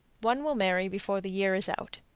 one will marry before the year is out.